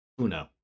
Uno